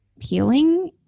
healing